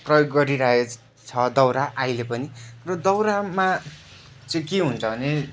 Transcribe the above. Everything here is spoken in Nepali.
प्रयोग गरिरहेको छ दाउरा अहिले पनि र दाउरामा चाहिँ के हुन्छ भने